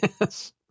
Yes